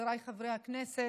חבריי חברי הכנסת,